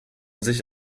sich